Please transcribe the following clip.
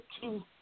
two